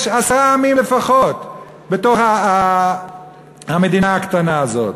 יש עשרה עמים לפחות בתוך המדינה הקטנה הזאת.